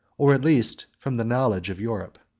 or, at least, from the knowledge of europe.